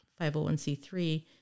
501c3